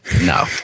No